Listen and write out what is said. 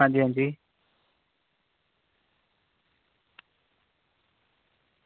आं जी आं जी